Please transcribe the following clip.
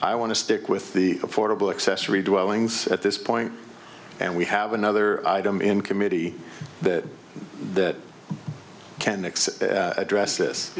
i want to stick with the affordable accessory dwellings at this point and we have another item in committee that that can mix address